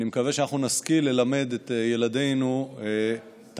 אני מקווה שאנחנו נשכיל ללמד את ילדינו תנ"ך,